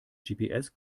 gps